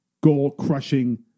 goal-crushing